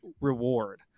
reward